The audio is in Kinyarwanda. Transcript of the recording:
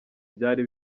byari